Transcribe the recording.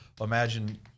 imagine